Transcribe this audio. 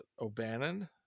O'Bannon